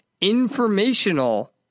informational